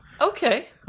Okay